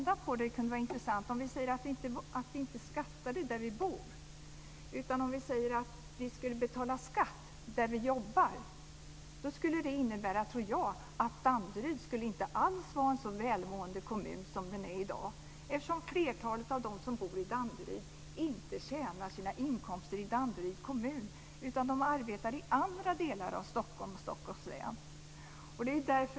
Det kunde vara intressant att vända på det hela och säga att vi inte skattar där vi bor, utan att vi betalar skatt där vi jobbar. Det tror jag skulle innebära att Danderyd inte alls var en så välmående kommun som i dag är fallet eftersom flertalet av dem som bor i Danderyd inte intjänar sina inkomster i Danderyds kommun utan arbetar i andra delar av Stockholms kommun och Stockholms län.